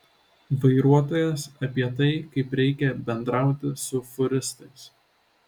vairuotojas apie tai kaip reikia bendrauti su fūristais